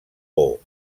por